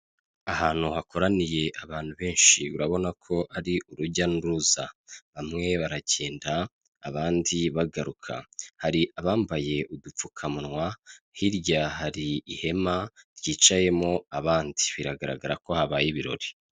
Ahantu hakoraniye abantu benshi urabona ko hari urujya n'uruza bamwe baragenda abandi bagaruka, hari abambaye udupfukamunwa hirya hari ihema ryicayemo abandi biragaragara ko habaye ibirori.